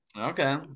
Okay